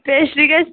pastry گژھِ